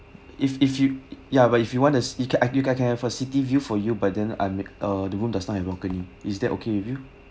if if you ya but if you want a you c~ you can have a city view for you but then I uh the room does not have balcony is that okay with you